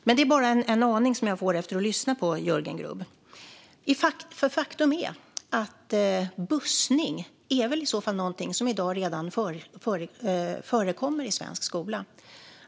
Men det är bara en aning som jag får när jag lyssnar på Jörgen Grubb, för faktum är att bussning väl i så fall är någonting som redan i dag förekommer i svensk skola.